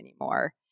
anymore